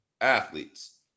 athletes